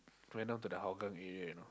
went up to the Hougang area you know